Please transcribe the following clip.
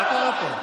מה קרה פה?